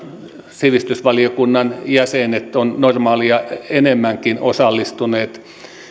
sivistysvaliokunnan jäsenet ovat normaalia enemmänkin osallistuneet